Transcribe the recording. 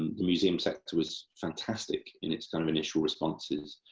um the museum sector was fantastic in its kind of initial responses,